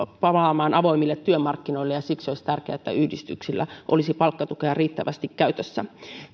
palaamaan avoimille työmarkkinoille ja siksi olisi tärkeää että yhdistyksillä olisi palkkatukea riittävästi käytössä